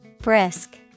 Brisk